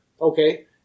Okay